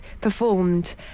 performed